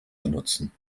benutzen